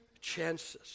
chances